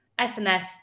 SNS